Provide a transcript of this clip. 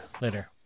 later